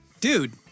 Dude